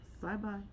Bye-bye